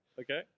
Okay